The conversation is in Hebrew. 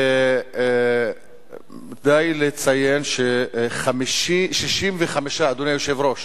ודי לציין, אדוני היושב-ראש,